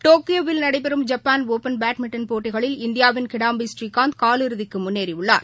டோக்யோவில் நடைபெறும் Japan Open badminton போட்டிகளில் இந்தியாவின் கிடாம்பி ஸ்ரீகாந்த் கால் இறுதிக்குமுன்னேறியுள்ளார்